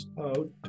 out